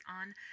on